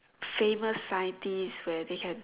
famous scientist where they can